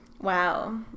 wow